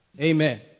Amen